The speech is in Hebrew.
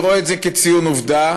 אני רואה את זה כציון עובדה,